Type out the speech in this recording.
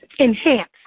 enhance